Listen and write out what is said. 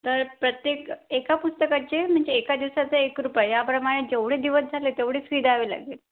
तर प्रत्येक एका पुस्तकाचे म्हणजे एका दिवसाचा एक रुपया याप्रमाणे जेवढे दिवस झाले तेवढी फी द्यावी लागेल